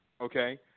okay